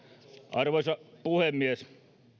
arvoisa puhemies